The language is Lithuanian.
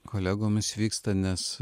kolegomis vyksta nes